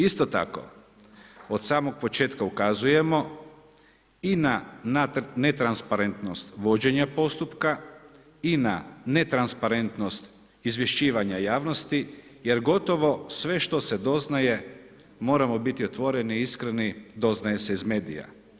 Isto tako, od samog početka ukazujemo i na netransparentnost vođenja postupka i na netransparentnost izvješćivanja javnosti jer gotovo sve što se doznaje moramo biti otvoreni, iskreni, doznaje se iz medija.